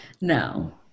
No